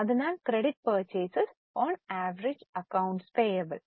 അതിനാൽ credit purchases on average accounts payable